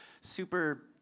super